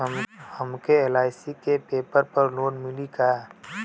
हमके एल.आई.सी के पेपर पर लोन मिली का?